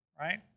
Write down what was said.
Right